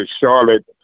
Charlotte